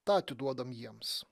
tą atiduodam jiems